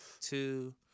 two